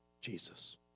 Jesus